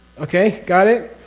okay? got it?